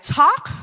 talk